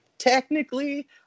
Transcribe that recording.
Technically